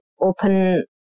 open